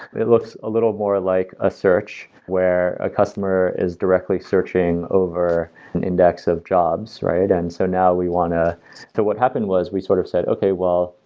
it looks a little more like a search where a customer is directly searching over an index of jobs and so now we want to to what happened was, we sort of said, okay, well,